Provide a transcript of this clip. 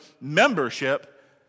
membership